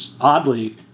oddly